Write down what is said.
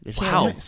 Wow